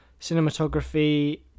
Cinematography